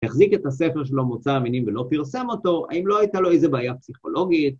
‫החזיק את הספר שלו "‫מוצא המינים" ולא פרסם אותו? ‫האם לא הייתה לו איזו בעיה פסיכולוגית?